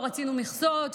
לא רצינו מכסות,